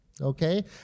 okay